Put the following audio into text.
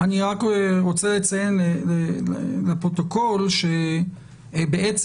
אני רק רוצה לציין לפרוטוקול שבעצם